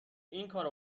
اینکارو